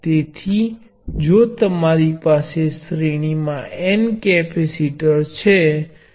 તેથી તમારી પાસે બે ટર્મિનલ છે જેમાં આપણી પાસે વોલ્ટેજ V છે અને અમારી પાસે C 1 C 2 C N છે